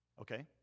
Okay